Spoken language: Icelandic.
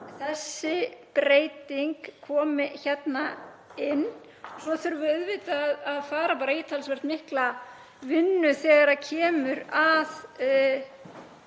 þessi breyting komi hérna inn. Svo þurfum við auðvitað að fara bara í talsvert mikla vinnu þegar kemur að